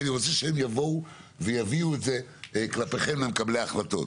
כי אני רוצה שהם יבואו ויביאו את זה כלפיכם למקבלי ההחלטות.